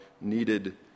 needed